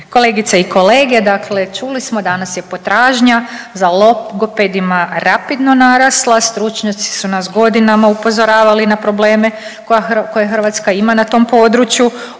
kolegice i kolege, dakle čuli smo danas je potražnja za logopedima rapidno narasla. Stručnjaci su nas godinama upozoravali na probleme koje Hrvatska ima na tom području